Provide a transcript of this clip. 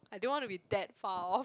I don't want to be that far off